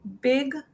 big